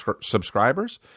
subscribers